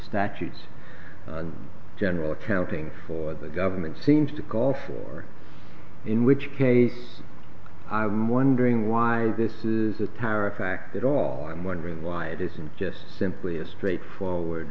statutes and general accounting for the government seems to call for in which case i'm wondering why this is a tariff act at all i'm wondering why it isn't just simply a straight forward